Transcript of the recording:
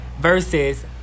versus